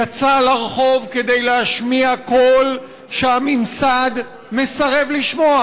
יצא לרחוב כדי להשמיע קול שהממסד מסרב לשמוע.